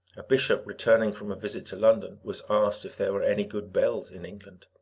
a bishop, returning from a visit to london, was asked if there were any good bells in england.